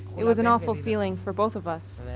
it was an awful feeling, for both of us.